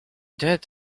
dead